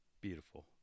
beautiful